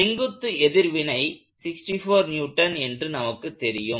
செங்குத்து எதிர்வினை 64N என்று நமக்கு தெரியும்